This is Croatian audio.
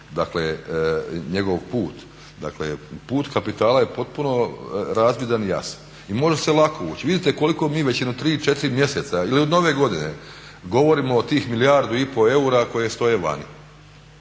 naći njegov put. Put kapitala je potpuno razvidan i jasan i može se lako ući. Vidite koliko mi već jedno 3, 4 mjeseca ili od nove godine govorimo o tih milijardu i pol eura koje stoje vani